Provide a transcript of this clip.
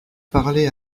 parlé